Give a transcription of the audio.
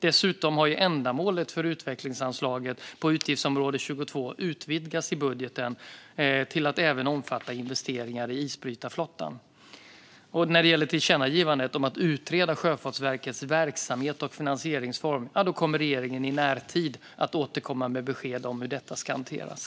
Dessutom har ändamålet för utvecklingsanslaget på utgiftsområde 22 utvidgats i budgeten till att även omfatta investeringar i isbrytarflottan. Vad gäller tillkännagivandet om att utreda Sjöfartsverkets verksamhets och finansieringsform kommer regeringen i närtid att återkomma med besked om hur detta ska hanteras.